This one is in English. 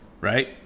right